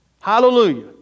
Hallelujah